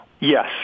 Yes